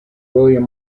william